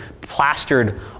plastered